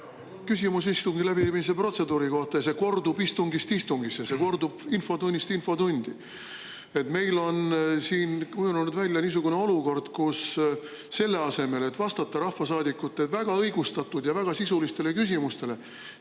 küsimus istungi läbiviimise protseduuri kohta ja see kordub istungist istungisse, see kordub infotunnist infotundi. Meil on siin kujunenud välja niisugune olukord, kus selle asemel, et vastata rahvasaadikute väga õigustatud ja väga sisulistele küsimustele,